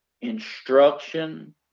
instruction